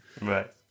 Right